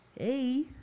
Hey